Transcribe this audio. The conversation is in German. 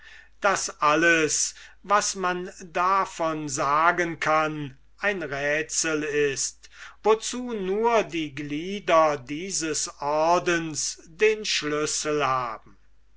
daß alles was man davon sagen kann ein rätsel ist wozu nur die glieder dieses ordens den schlüssel haben